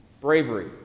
bravery